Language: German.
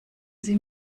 sie